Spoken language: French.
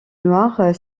noir